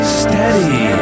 steady